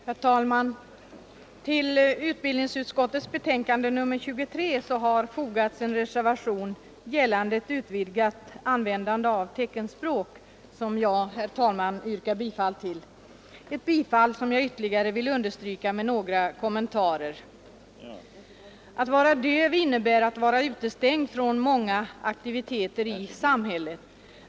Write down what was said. Herr talman! Vid utbildningsutskottets betänkande nr 23 har fogats en reservation gällande ett utvidgat användande av teckenspråk. Jag ber att få yrka bifall till den reservationen, ett yrkande som jag vill understryka med några kommentarer. Att vara döv innebär att vara utestängd från många aktiviteter i samhället.